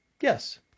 yes